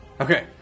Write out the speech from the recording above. Okay